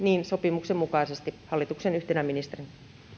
sopimuksen mukaisesti hallituksen yhtenä ministerinä